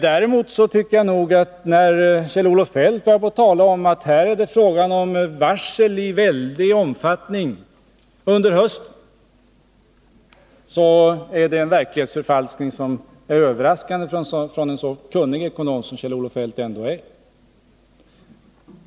Däremot tycker jag att Kjell-Olof Feldts tal om varsel i väldig omfattning under hösten är en verklighetsförfalskning som det är överraskande att höra från en så kunnig ekonom som Kjell-Olof Feldt ändå är.